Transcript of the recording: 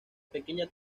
pequeña